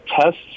tests